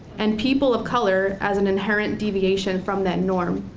and people of color as an inherent deviation from that norm.